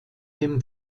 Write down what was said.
dem